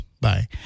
Bye